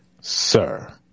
Sir